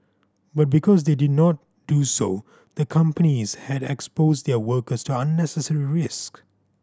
but because they did not do so the companies had exposed their workers to unnecessary risk